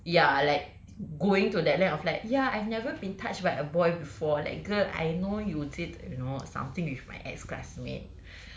ya like going to that length of like ya I've never been touched by a boy before like girl I know you did you know something with my ex-classmate